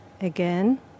again